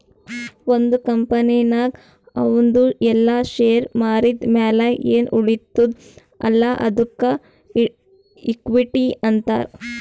ಒಂದ್ ಕಂಪನಿನಾಗ್ ಅವಂದು ಎಲ್ಲಾ ಶೇರ್ ಮಾರಿದ್ ಮ್ಯಾಲ ಎನ್ ಉಳಿತ್ತುದ್ ಅಲ್ಲಾ ಅದ್ದುಕ ಇಕ್ವಿಟಿ ಅಂತಾರ್